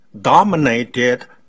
dominated